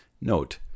Note